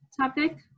topic